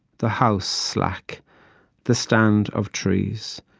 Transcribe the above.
the house slack the stand of trees,